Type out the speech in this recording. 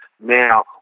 now